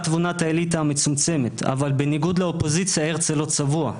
תבונת האליטה המצומצמת אבל בניגוד לאופוזיציה הרצל לא צבוע.